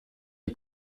est